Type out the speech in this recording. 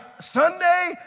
Sunday